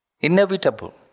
Inevitable